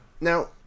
Now